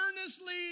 earnestly